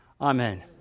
amen